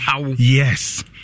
Yes